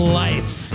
life